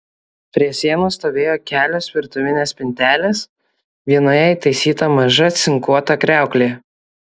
prie sienos stovėjo kelios virtuvinės spintelės vienoje įtaisyta maža cinkuota kriauklė